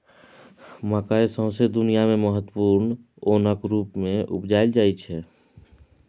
मकय सौंसे दुनियाँ मे महत्वपूर्ण ओनक रुप मे उपजाएल जाइ छै